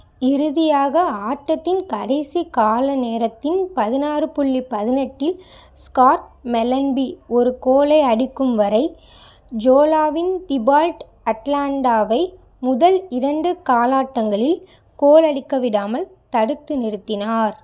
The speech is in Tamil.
இறுதியாக ஆட்டத்தின் கடைசி காலநேரத்தின் பதினாறு புள்ளி பதினெட்டில் ஸ்காட் மெலன்பி ஒரு கோலை அடிக்கும் வரை ஜோலாவின் திபால்ட் அட்லாண்டாவை முதல் இரண்டு காலாட்டங்களில் கோல் அடிக்க விடாமல் தடுத்து நிறுத்தினார்